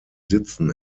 sitzen